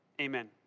amen